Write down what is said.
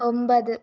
ഒമ്പത്